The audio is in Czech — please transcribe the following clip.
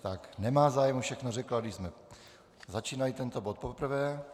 Tak nemá zájem, všechno řekla, když jsme začínali tento bod poprvé.